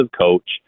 coach